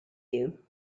you